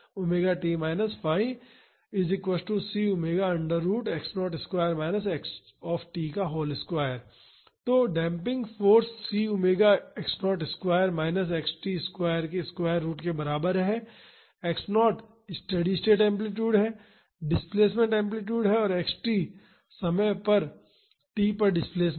तो damping force c omega x0 square minus x t square के square root के बराबर है x0 स्टेडी स्टेट एम्पलीटूड है डिस्प्लेसमेंट एम्पलीटूड है और x t किसी भी समय t पर डिस्प्लेसमेंट है